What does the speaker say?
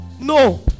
No